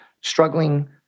struggling